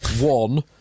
one